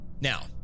Now